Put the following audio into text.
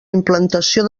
implantació